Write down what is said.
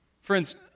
Friends